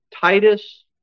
Titus